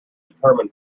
determine